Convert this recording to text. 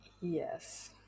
Yes